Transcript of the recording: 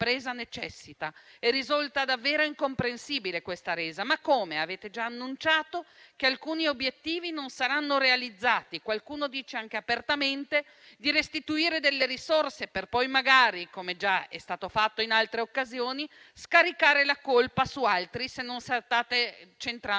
impresa necessita e risulta davvero incomprensibile questa resa. Ma come: avete già annunciato che alcuni obiettivi non saranno realizzati? Qualcuno dice anche apertamente di restituire delle risorse, per poi magari - come già è stato fatto in altre occasioni - scaricare la colpa su altri se non si centra